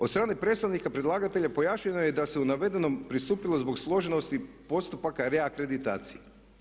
Od strane predstavnika predlagatelja pojašnjeno je da se u navedenom pristupilo zbog složenosti postupaka reakreditacije.